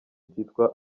byitwa